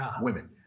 women